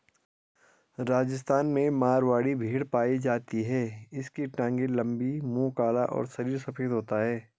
राजस्थान में मारवाड़ी भेड़ पाई जाती है इसकी टांगे लंबी, मुंह काला और शरीर सफेद होता है